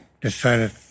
decided